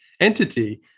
entity